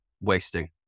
wasting